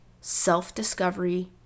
self-discovery